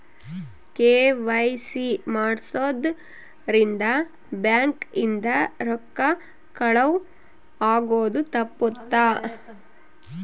KYC ಮಾಡ್ಸೊದ್ ರಿಂದ bank ಇಂದ ರೊಕ್ಕ ಕಳುವ್ ಆಗೋದು ತಪ್ಪುತ್ತ